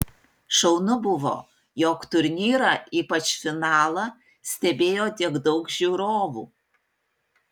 šaunu buvo jog turnyrą ypač finalą stebėjo tiek daug žiūrovų